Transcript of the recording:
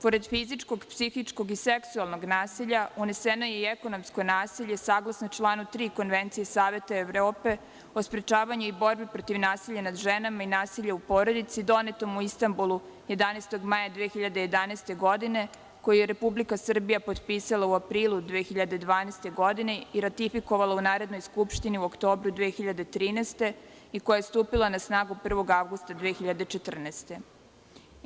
Pored fizičkog, psihičkog i seksualnog nasilja, uneseno je i ekonomsko nasilje saglasno članu 3. Konvencije Saveta Evrope o sprečavanju i borbe protiv nasilja nad ženama i nasilja u porodici, donetom u Istambulu 11. maja 2011. godine, koja je Republika Srbija potpisala u aprilu 2012. godine i ratifikovala u Narodnoj skupštini u oktobru 2013. godine i koja je stupila na snagu 1. avgusta 2014. godine.